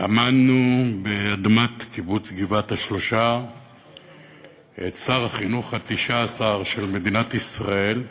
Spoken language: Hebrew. טמנו באדמת קיבוץ גבעת-השלושה את שר החינוך ה-19 של מדינת ישראל.